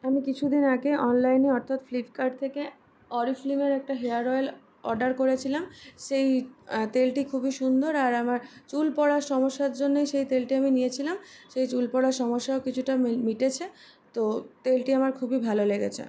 আমি কিছুদিন আগে অনলাইনে অর্থাৎ ফ্লিপকার্ট থেকে অরিফ্লিমের একটা হেয়ার অয়েল অর্ডার করেছিলাম সেই তেলটি খুবই সুন্দর আর আমার চুল পড়ার সমস্যার জন্যই সেই তেলটি আমি নিয়েছিলাম সেই চুল পড়ার সমস্যাও কিছুটা মিটেছে তো তেলটি আমার খুবই ভালো লেগেছে